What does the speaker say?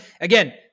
Again